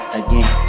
again